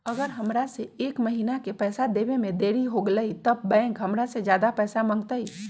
अगर हमरा से एक महीना के पैसा देवे में देरी होगलइ तब बैंक हमरा से ज्यादा पैसा मंगतइ?